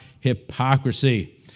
Hypocrisy